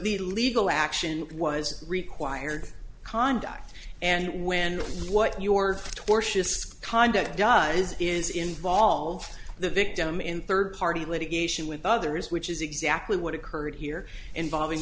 the legal action was required conduct and when you what your tortious conduct guys is involve the victim in third party litigation with others which is exactly what occurred here involving